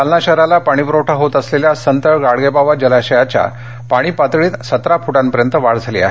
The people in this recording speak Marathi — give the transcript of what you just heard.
जालना शहराला पाणीपुरवठा होत असलेल्या संत गाडगेबाबा जलाशयाच्या पाणीपातळीत सतरा फुटांपर्यंत वाढ झाली आहे